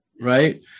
right